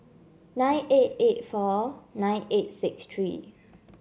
nine eight eight four nine eight six three